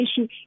issue